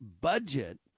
budget